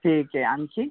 ठीक आहे आणखी